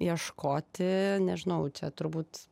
ieškoti nežinau čia turbūt